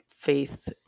faith